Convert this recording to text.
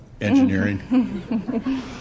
engineering